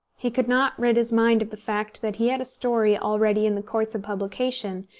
he could not rid his mind of the fact that he had a story already in the course of publication,